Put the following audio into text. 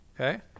okay